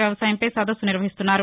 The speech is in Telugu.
వ్యవసాయంపై నదన్ను నిర్వహిస్తున్నారు